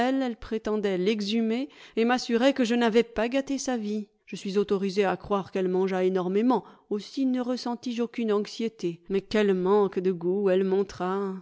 prétendait l'exhumer et m'assurait que je n'avais pas gâté sa vie je suis autorisé à croire qu'elle mangea énormément aussi ne ressentis je aucune anxiété mais quel manque de goût elle